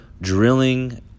drilling